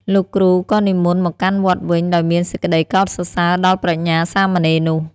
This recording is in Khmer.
លោកគ្រូក៏និមន្តមកកាន់វត្តវិញដោយមានសេចក្តីកោតសរសើរដល់ប្រាជ្ញាសាមណេរនោះ។